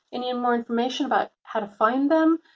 any more information about how to find them